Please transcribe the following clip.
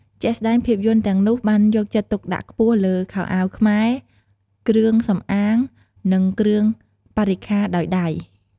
ជាក់ស្ដែង ភាពយន្តទាំងនោះបានយកចិត្តទុកដាក់ខ្ពស់លើ ខោអាវខ្មែរ គ្រឿងសំអាង និងគ្រឿងបរិក្ខារដោយដៃ។